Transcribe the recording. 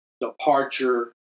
departure